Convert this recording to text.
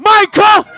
Michael